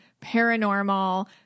paranormal